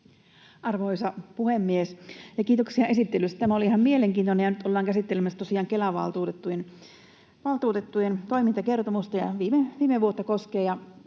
Arvoisa puhemies! Kiitoksia esittelystä. Tämä oli ihan mielenkiintoinen. Nyt ollaan käsittelemässä tosiaan Kelan valtuutettujen toimintakertomusta viime vuotta koskien.